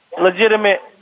legitimate